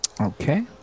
Okay